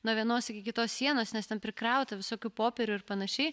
nuo vienos iki kitos sienos nes ten prikrauta visokių popierių ir panašiai